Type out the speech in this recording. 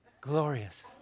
Glorious